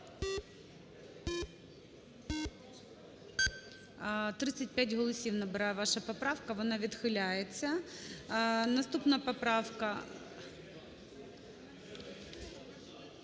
35 голосів набирає ваша поправка. Вона відхиляється. Наступна поправка…